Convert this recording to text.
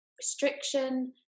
restriction